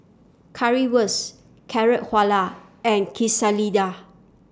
Currywurst Carrot Halwa and Quesalizas